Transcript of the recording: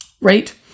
right